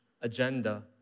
agenda